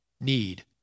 need